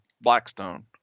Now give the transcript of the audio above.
blackstone